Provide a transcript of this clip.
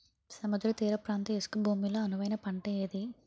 సముద్ర తీర ప్రాంత ఇసుక భూమి లో అనువైన పంట ఏది?